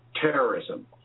terrorism